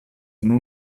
nun